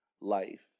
life